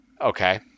Okay